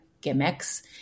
gimmicks